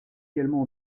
également